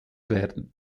werden